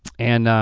and